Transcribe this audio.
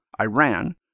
Iran